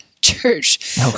church